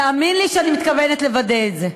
תאמין לי שאני מתכוונת לוודא את זה.